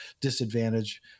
disadvantage